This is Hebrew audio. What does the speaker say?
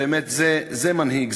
זה מנהיג,